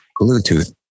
Bluetooth